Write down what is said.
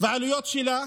והעלויות שלה,